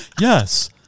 Yes